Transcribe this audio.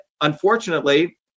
unfortunately